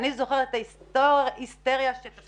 אני זוכרת את ההיסטריה שהייתה